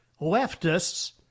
leftists